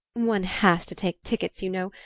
one has to take tickets, you know,